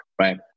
right